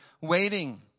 waiting